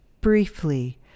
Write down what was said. briefly